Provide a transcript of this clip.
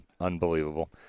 unbelievable